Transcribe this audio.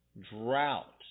drought